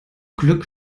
glück